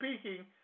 speaking